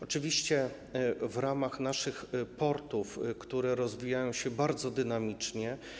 Oczywiście w ramach naszych portów, które rozwijają się bardzo dynamicznie.